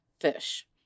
fish